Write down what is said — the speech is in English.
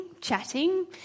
chatting